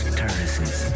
terraces